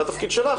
זה התפקיד שלך.